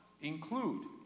include